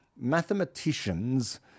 mathematicians